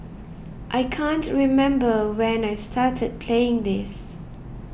I can't remember when I started playing this